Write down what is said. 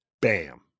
bam